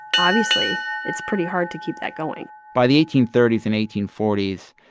obviously, it's pretty hard to keep that going by the eighteen thirty s and eighteen forty s,